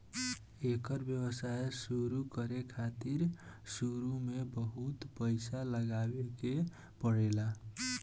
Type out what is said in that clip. एकर व्यवसाय शुरु करे खातिर शुरू में बहुत पईसा लगावे के पड़ेला